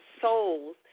souls